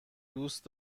دوست